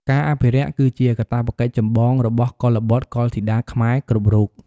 ការអភិរក្សគឺជាកាតព្វកិច្ចចម្បងរបស់កុលបុត្រកុលធីតាខ្មែរគ្រប់រូប។